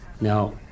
Now